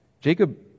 Jacob